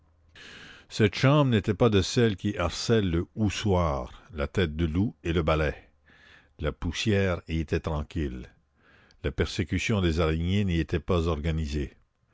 cette chambre n'était pas de celles que harcèlent le houssoir la tête de loup et le balai la poussière y était tranquille la persécution des araignées n'y était pas organisée